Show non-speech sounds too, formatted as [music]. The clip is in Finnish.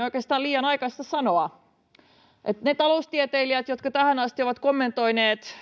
[unintelligible] oikeastaan liian aikaista sanoa ne taloustieteilijät jotka tähän asti ovat kommentoineet